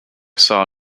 saw